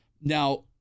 Now